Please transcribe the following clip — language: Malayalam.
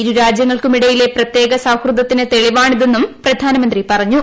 ഇരു രാജ്യങ്ങൾക്കുമിടയിലെ പ്രത്യേക സൌഹൃദത്തിന് തെളിവാണിതെന്നും പ്രധാനമന്ത്രി പറഞ്ഞു